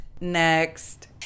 Next